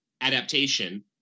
adaptation